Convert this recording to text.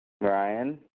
Ryan